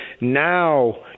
now